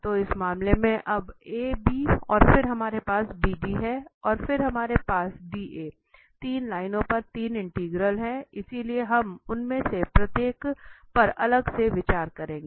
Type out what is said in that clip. तो इस मामले में अब A B और फिर हमारे पास B D है और फिर हमारे पास D A 3 लाइनों पर 3 इंटीग्रल हैं इसलिए हम उनमें से प्रत्येक पर अलग से विचार करेंगे